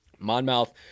Monmouth